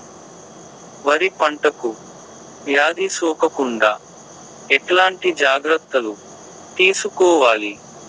వరి పంటకు వ్యాధి సోకకుండా ఎట్లాంటి జాగ్రత్తలు తీసుకోవాలి?